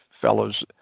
fellows